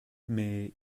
mais